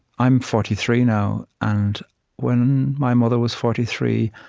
i'm forty three now, and when my mother was forty three,